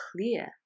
clear